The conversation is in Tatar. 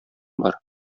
бар